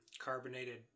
carbonated